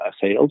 sales